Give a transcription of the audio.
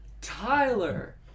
Tyler